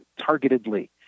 targetedly